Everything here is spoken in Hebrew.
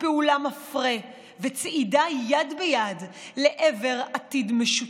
פעולה מפרה וצעידה יד ביד לעבר עתיד משותף.